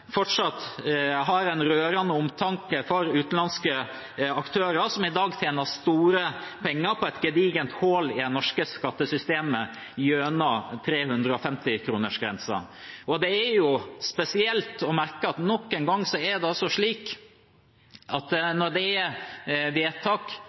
fortsatt har en rørende omtanke for utenlandske aktører som i dag tjener store penger på et gedigent hull i det norske skattesystemet gjennom 350-kronersgrensen. Det er spesielt å merke seg at nok en gang er det slik at